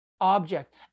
object